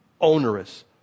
onerous